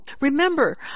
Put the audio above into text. Remember